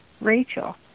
rachel